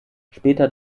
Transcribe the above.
später